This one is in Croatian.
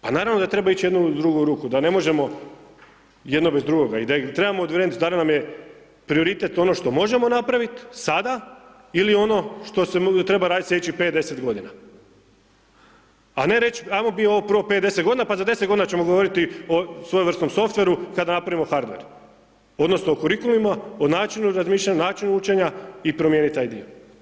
Pa naravno da treba ići jedno uz drugu ruku, da ne možemo jedno bez drugoga i da trebamo odrediti da li nam je prioritet ono što možemo napraviti, sada ili ono što se treba raditi sljedećih 5, 10 godina a ne reći ajmo mi ovo prvo 5, 10 godina pa za 10 godina ćemo govoriti o svojevrsnom softwareu kada napravimo hardware, odnosno o kurikulumima, o načinu razmišljanja, načinu učenja i promijeniti taj dio.